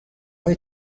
های